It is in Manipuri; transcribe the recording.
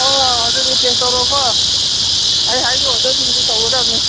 ꯑꯣ ꯑꯗꯨꯗꯤ ꯄꯦꯛ ꯇꯧꯔꯣꯀꯣ ꯑꯩ ꯍꯥꯏꯔꯤ ꯑꯣꯗꯔꯁꯤꯡꯗꯨ ꯇꯧꯒꯗꯧꯅꯤ